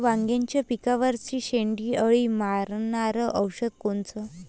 वांग्याच्या पिकावरचं शेंडे अळी मारनारं औषध कोनचं?